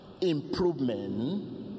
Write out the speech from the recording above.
improvement